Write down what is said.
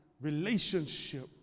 relationship